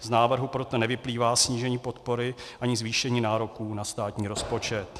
Z návrhu proto nevyplývá snížení podpory ani zvýšení nároků na státních rozpočet.